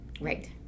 Right